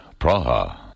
Praha